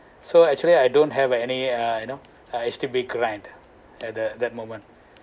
so actually I don't have any uh you know uh H_D_B grant at the that moment